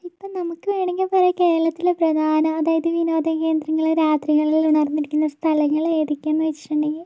ഇപ്പോൾ നമുക്ക് വേണമെങ്കിൽ പറയാം കേരളത്തിലെ പ്രധാന അതായത് വിനോദ കേന്ദ്രങ്ങള് രാത്രികളില് ഉണർന്നിരിക്കുന്ന സ്ഥലങ്ങള് ഏതൊക്കെയാന്ന് വെച്ചിട്ടുണ്ടെങ്കിൽ